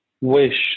wish